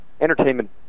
Entertainment